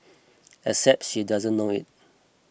except she doesn't know it